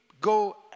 go